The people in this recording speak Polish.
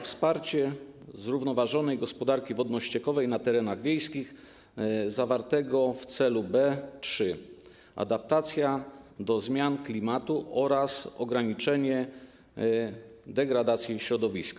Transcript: Wsparcie zrównoważonej gospodarki wodno-ściekowej na terenach wiejskich˝, zawartego w celu B3. ˝Adaptacja do zmian klimatu oraz ograniczenie degradacji środowiska˝